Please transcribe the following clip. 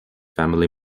family